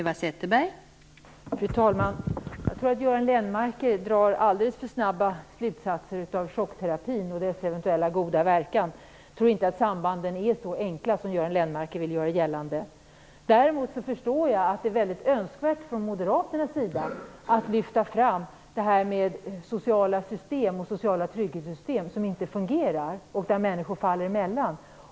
Fru talman! Jag tror att Göran Lennmarker drar alldeles för snabba slutsatser av chockterapin och dess eventuella goda verkan. Jag tror inte att sambanden är så enkla som Göran Lennmarker vill göra gällande. Däremot förstår jag att det är väldigt önskvärt från Moderaternas sida att lyfta fram sociala trygghetssystem som inte fungerar och där människor faller emellan.